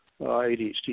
ADHD